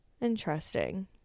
Interesting